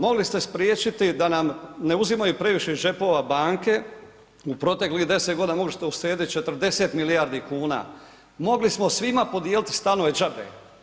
Mogli ste spriječiti da nam ne uzimaju previše iz džepova banke u proteklih 10.g., mogli ste uštedit 40 milijardi kuna, mogli smo svima podijeliti stanove džabe.